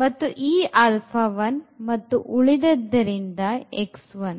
ಮತ್ತು ಈ alpha 1 ಮತ್ತು ಉಳಿದ್ದದ್ದರಿಂದ x1